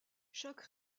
chaque